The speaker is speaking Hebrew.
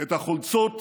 את החולצות